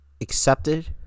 accepted